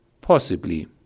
Possibly